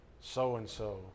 so-and-so